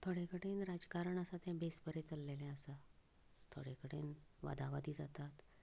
थोडे कडेन राजकारण आसा तें बेस बरें चलिल्लें आसा थोडे कडेन वादा वादी जातात